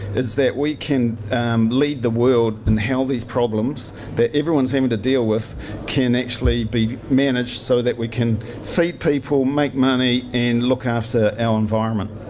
is that we can lead the world in how these problems that everyone is having to deal with can actually be managed, so that we can feed people, make money and look after our environment.